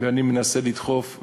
ואני מנסה לדחוף,